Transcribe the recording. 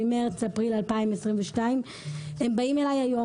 ממרץ-אפריל 2022. הם באים אליי היום,